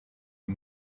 uyu